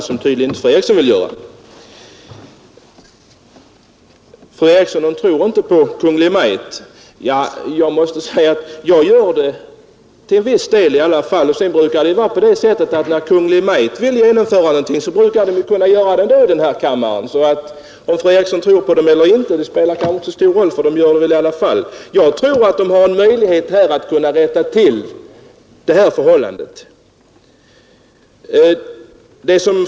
Om fru Eriksson tror på Kungl. Maj:t eller inte spelar då kanske inte så stor roll. Jag tror att Kungl. Maj:t har en möjlighet att rätta till förhållandena på det här området.